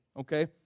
okay